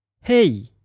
Hey